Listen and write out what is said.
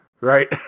Right